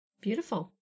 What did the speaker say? Beautiful